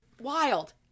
wild